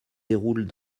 déroulent